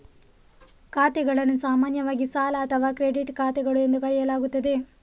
ಖಾತೆಗಳನ್ನು ಸಾಮಾನ್ಯವಾಗಿ ಸಾಲ ಅಥವಾ ಕ್ರೆಡಿಟ್ ಖಾತೆಗಳು ಎಂದು ಕರೆಯಲಾಗುತ್ತದೆ